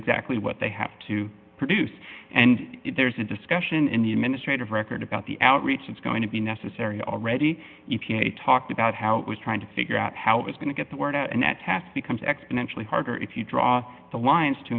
exactly what they have to produce and there's a discussion in the administrative record about the outreach it's going to be necessary already e p a talked about how it was trying to figure out how it's going to get the word out and that task becomes exponentially harder if you draw the lines to